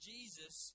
Jesus